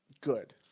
good